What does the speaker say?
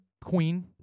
Queen